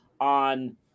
on